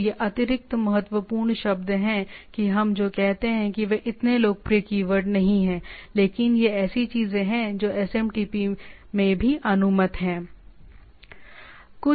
तो ये अतिरिक्त महत्वपूर्ण शब्द हैं कि हम जो कहते हैं वह इतने लोकप्रिय कीवर्ड नहीं हैं लेकिन ये ऐसी चीजें हैं जो एसएमटीपी में भी अनुमत हैं